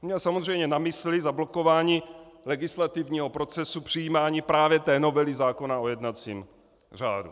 Měl samozřejmě na mysli zablokování legislativního procesu přijímání právě té novely zákona o jednacím řádu.